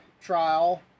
trial